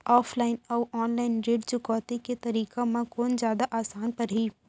Offline अऊ online ऋण चुकौती के तरीका म कोन जादा आसान परही?